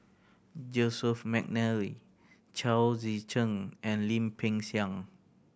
Joseph McNally Chao Tzee Cheng and Lim Peng Siang